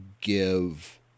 give